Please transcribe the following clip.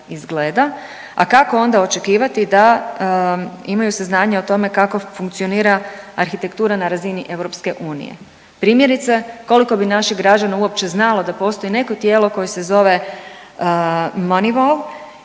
A kako onda očekivati da imaju saznanja o tome kako funkcionira arhitektura na razini Europske unije? Primjerice, koliko bi naših građana uopće znalo da postoji neko tijelo koje se zove MONEYVAL